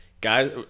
guys